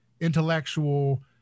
intellectual